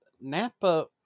Napa